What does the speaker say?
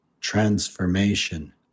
transformation